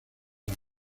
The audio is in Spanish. las